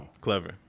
Clever